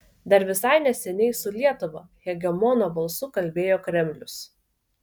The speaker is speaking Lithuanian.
dar visai neseniai su lietuva hegemono balsu kalbėjo kremlius